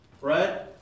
Right